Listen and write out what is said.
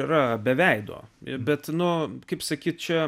yra be veido ir bet nu kaip sakyti čia